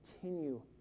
continue